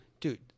dude